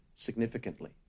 Significantly